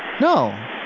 no